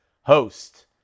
host